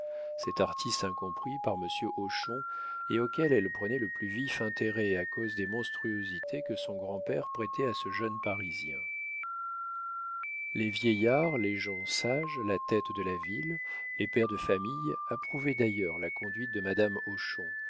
cet artiste incompris par monsieur hochon et auquel elle prenait le plus vif intérêt à cause des monstruosités que son grand-père prêtait à ce jeune parisien les vieillards les gens sages la tête de la ville les pères de famille approuvaient d'ailleurs la conduite de madame hochon